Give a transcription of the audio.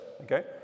Okay